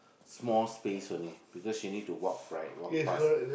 small space only because she need to walk right walk past